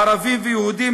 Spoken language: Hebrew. ערבים ויהודים,